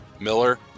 Miller